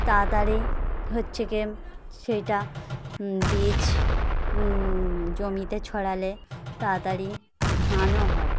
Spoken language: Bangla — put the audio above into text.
তাড়াতাড়ি হচ্ছে কি সেইটা বীজ জমিতে ছড়ালে তাড়াতাড়ি ধানও হয়